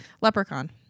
Leprechaun